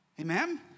Amen